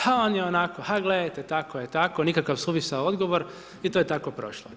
Ha, on je onako, ha gledajte tako je, tako, nikakav suvisao odgovor i to je tako prošlo.